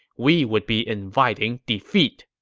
we would be inviting defeat